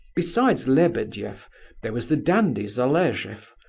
besides lebedeff there was the dandy zalesheff,